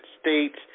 States